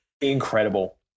Incredible